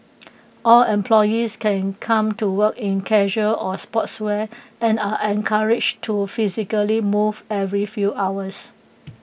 all employees can come to work in casual or sportswear and are encouraged to physically move every few hours